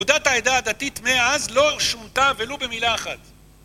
..העדה הדתית מאז לא שונתה ולא במילה אחת.